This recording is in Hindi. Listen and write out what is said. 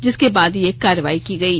जिसके बाद यह कार्रवाई की गयी